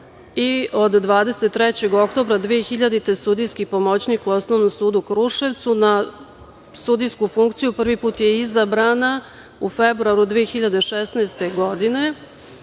i od 23. oktobra 2000. godine sudijski pomoćnik u Osnovnom sudu u Kruševcu. Na sudijsku funkciju prvi put je izabrana u februaru 2016. godine,